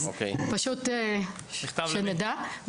אז פשוט שנדע.